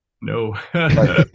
no